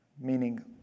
meaning